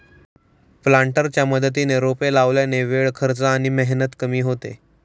प्लांटरच्या मदतीने रोपे लावल्याने वेळ, खर्च आणि मेहनत कमी होते